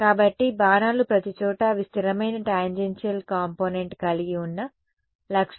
కాబట్టి బాణాలు ప్రతిచోటా అవి స్థిరమైన టాంజెన్షియల్ కాంపోనెంట్ కలిగి ఉన్న లక్షణం తో సమానంగా ఉంటాయి